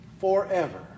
forever